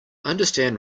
understand